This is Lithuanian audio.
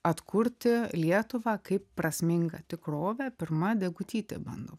atkurti lietuvą kaip prasmingą tikrovę pirma degutytė bando